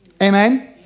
Amen